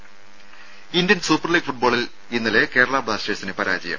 രംഭ Indian Super League ഫുട്ബോളിൽ ഇന്നലെ കേരളാ ബ്ലാസ്റ്റേഴ്സിന് പരാജയം